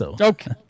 Okay